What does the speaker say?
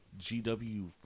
GW